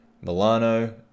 Milano